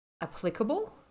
applicable